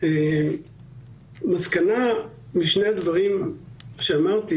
המסקנה משני הדברים שאמרתי